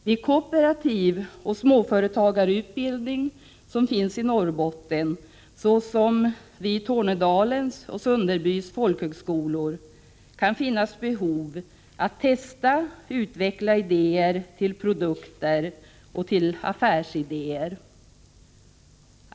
Vid kooperativ utbildning och småföretagarutbildning som finns i Norrbotten, såsom vid Tornedalens och Sunderbys folkhögskolor, kan det finnas behov att testa och utveckla idéer till produkter och till affärsidéer.